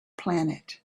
planet